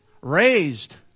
raised